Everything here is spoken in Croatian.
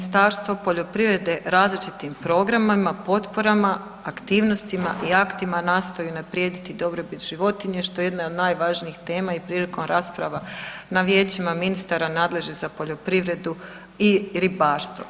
Ministarstvo poljoprivrede različitim programima, potporama, aktivnostima i aktima nastoji unaprijediti dobrobit životinja, što je jedna od najvažnijih tema i prilikom rasprava na vijećima ministara nadležnih za poljoprivredu i ribarstvo.